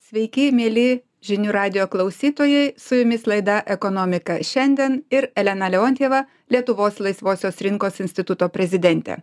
sveiki mieli žinių radijo klausytojai su jumis laida ekonomika šiandien ir elena leontjeva lietuvos laisvosios rinkos instituto prezidentė